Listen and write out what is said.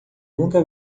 nunca